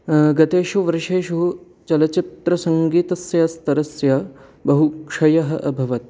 गतेषु वर्षेषु चलच्चित्रसङ्गीतस्य स्तरस्य बहुक्षयः अभवत्